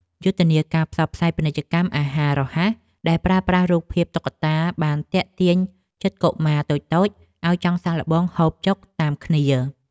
យុទ្ធនាការផ្សព្វផ្សាយពាណិជ្ជកម្មអាហាររហ័សដែលប្រើប្រាស់រូបភាពតុក្កតាបានទាក់ទាញចិត្តកុមារតូចៗឲ្យចង់សាកល្បងហូបចុកតាមគ្នា។